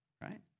right